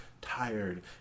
tired